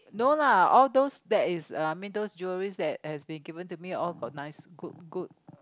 no lah all those that is uh I mean those jewelleries that has been given to me all got nice good good